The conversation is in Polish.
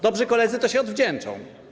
Dobrzy koledzy to się odwdzięczą.